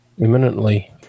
imminently